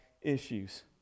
issues